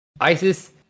ISIS